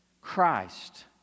Christ